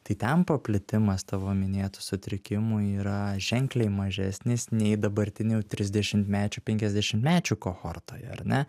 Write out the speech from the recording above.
tai ten paplitimas tavo minėtų sutrikimų yra ženkliai mažesnis nei dabartinių trisdešimtmečių penkiasdešimtmečių kohortoje ar ne